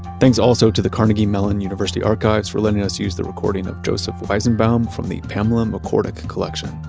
thanks also to the carnegie mellon university archives for letting us use the recording of joseph weizenbaum from the pamela mccorduck collection.